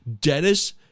Dennis